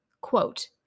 quote